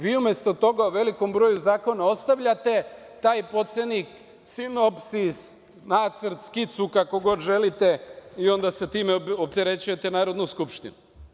Vi, umesto toga, u velikom broju zakona ostavljate taj podsetnik, sinopsis, nacrt, skicu, kako god želite, i onda time opterećujete Narodnu skupštinu.